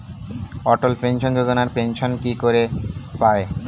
অটল pension Yojana pension কি করে পায়?